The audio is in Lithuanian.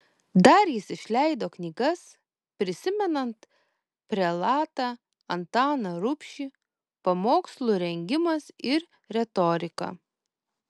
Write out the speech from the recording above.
dar jis išleido knygas prisimenant prelatą antaną rubšį pamokslų rengimas ir retorika